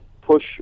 push